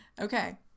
Okay